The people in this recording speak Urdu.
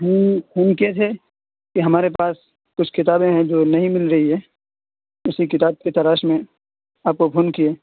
ہم فون کیے تھے کہ ہمارے پاس کچھ کتابیں ہیں جو نہیں مل رہی ہے اسی کتاب کی تلاش میں آپ کو فون کیے